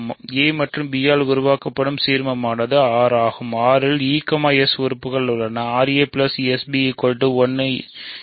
a மற்றும் b ஆல் உருவாக்கப்படும் சீர்மமானது R ஆகும் R இல் e s உறுப்புகள் உள்ளன ra sb 1